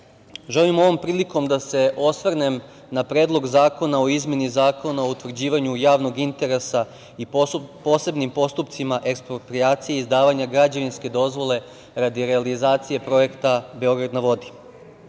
želim ovom prilikom da se osvrnem na Predlog zakona o izmeni Zakona o utvrđivanju javnog interesa i posebnim postupcima eksproprijacije i izdavanja građevinske dozvole radi realizacije projekta „Beograd na vodi“.